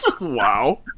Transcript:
Wow